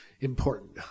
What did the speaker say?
important